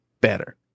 better